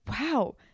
wow